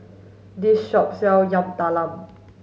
this shop sell Yam Talam